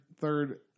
third